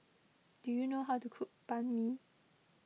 do you know how to cook Banh Mi